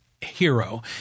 hero